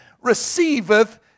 receiveth